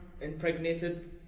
impregnated